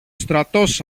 στρατός